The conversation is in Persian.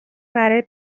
برای